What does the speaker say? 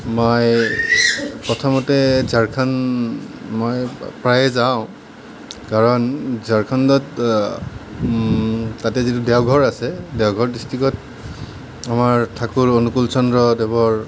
মই প্ৰথমতে ঝাৰখণ্ড মই প্ৰায়ে যাওঁ কাৰণ ঝাৰখণ্ডত তাতে যিটো দেওঘৰ আছে দেওঘৰ ডিষ্ট্ৰিক্টত আমাৰ ঠাকুৰ অনুকূল চন্দ্ৰদেৱৰ